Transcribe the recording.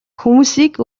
хүмүүсийг